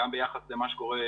גם ביחס למה שקורה